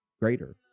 greater